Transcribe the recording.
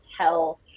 tell